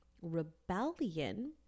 rebellion